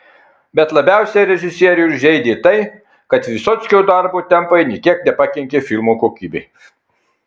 bet labiausiai režisierių žeidė tai kad vysockio darbo tempai nė kiek nepakenkė filmo kokybei